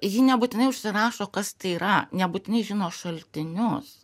ji nebūtinai užsirašo kas tai yra nebūtinai žino šaltinius